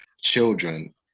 children